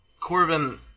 Corbin